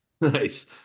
Nice